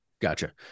Gotcha